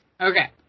Okay